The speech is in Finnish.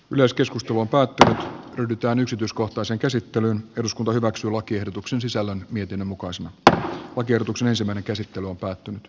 yleiskeskustelun pääty ryhdytään yksityiskohtaisen käsittelyn eduskunta hyväksyi lakiehdotuksen sisällön mietinnön mukaan se että kun tiedotuksen ensimmäinen käsittely on päättynyt edetä